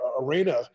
arena